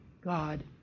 God